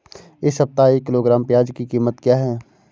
इस सप्ताह एक किलोग्राम प्याज की कीमत क्या है?